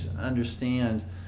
understand